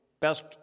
best